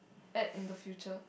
at in the future